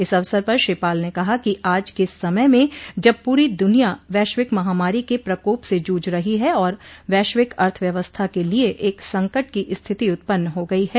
इस अवसर पर श्री पाल ने कहा कि आज के समय में जब पूरी दुनिया वैश्विक महामारी के प्रकोप से जूझ रही है और वैश्विक अर्थव्यवस्था के लिए एक संकट की स्थिति उत्पन्न हो गई है